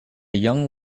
young